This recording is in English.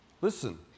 Listen